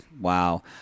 Wow